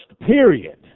period